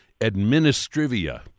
administrivia